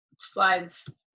slides